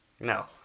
no